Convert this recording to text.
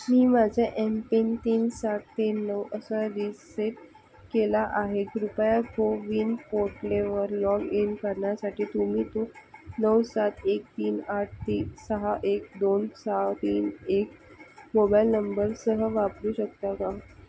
मी माझा M PIN तीन सात तीन नऊ असा रिसेट केला आहे कृपया को विन पोर्टलेवर लॉग इन करण्यासाठी तुम्ही तो नऊ सात एक तीन आठ तीन सहा एक दोन सहा तीन एक मोबाईल नंबरसह वापरू शकता का